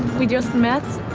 we just met?